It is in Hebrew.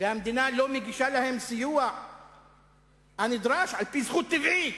המדינה לא מגישה להם את הסיוע הנדרש על-פי זכות טבעית